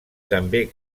també